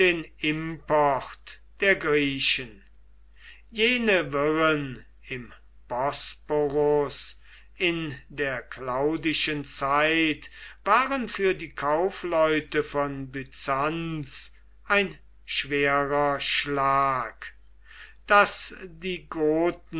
import der griechen jene wirren im bosporus in der claudischen zeit waren für die kaufleute von byzanz ein schwerer schlag daß die goten